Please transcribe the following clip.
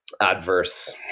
adverse